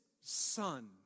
son